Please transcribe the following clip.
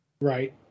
Right